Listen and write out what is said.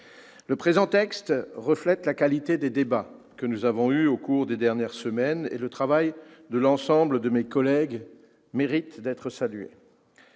Le présent texte reflète la qualité des débats que nous avons eus au cours des dernières semaines, et le travail de l'ensemble de mes collègues mérite d'être salué.